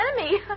enemy